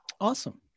Awesome